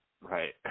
right